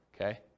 okay